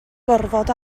gorfod